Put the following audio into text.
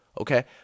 Okay